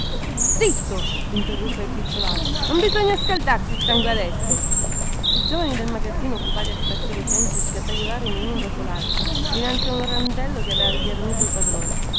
zitto interruppe il pizzolato non bisogna scaldarsi il sangue adesso i giovani del magazzino occupati a spartire i cenci sgattaiolarono uno dopo laltro dinanzi a un randello che aveva ghermito il padrone